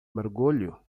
mergulho